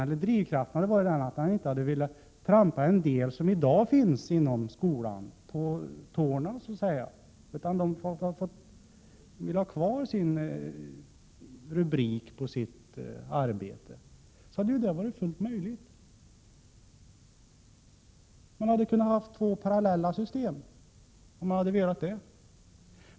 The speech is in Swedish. Om drivkraften hade varit den att man inte hade velat trampa en del av dem som i dag arbetar i skolan på tårna så att säga, utan att man ville att de skulle få ha kvar den nuvarande rubriken på sitt arbete, så hade detta varit möjligt att tillgodose. Man hade kunnat ha två parallella system, om man hade velat det.